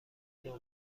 نوع